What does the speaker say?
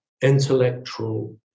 intellectual